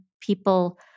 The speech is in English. people